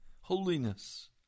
holiness